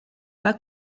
pas